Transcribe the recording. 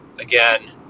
again